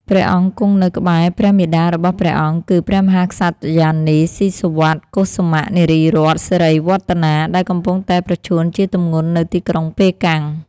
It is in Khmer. ព្រះអង្គគង់នៅក្បែរព្រះមាតារបស់ព្រះអង្គ គឺ ព្រះមហាក្សត្រិយានី ស៊ីសុវត្ថិ កុសុមៈ នារីរតន៍ សិរីវឌ្ឍនា ដែលកំពុងតែប្រឈួនជាទម្ងន់នៅទីក្រុងប៉េកាំង។